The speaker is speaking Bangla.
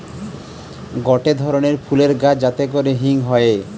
গটে ধরণের ফুলের গাছ যাতে করে হিং হয়ে